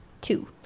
Two